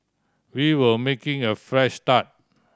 we were making a fresh start